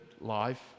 life